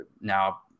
now